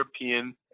european